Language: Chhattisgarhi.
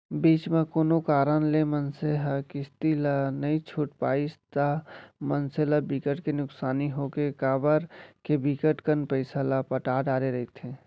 बीच म कोनो कारन ले मनसे ह किस्ती ला नइ छूट पाइस ता मनसे ल बिकट के नुकसानी होथे काबर के बिकट कन पइसा ल पटा डरे रहिथे